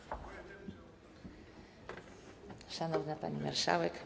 Szanowna Pani Marszałek!